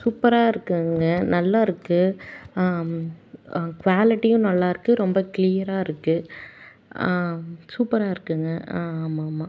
சூப்பராக இருக்குதுங்க நல்லா இருக்குது குவாலிட்டியும் நல்லாயிருக்கு ரொம்ப க்ளியராக இருக்குது சூப்பராக இருக்குதுங்க ஆ ஆமாம் ஆமாம்